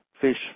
fish